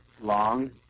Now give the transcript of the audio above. long